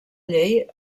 llei